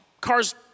cars